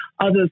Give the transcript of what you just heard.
others